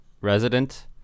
resident